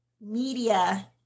media